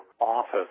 office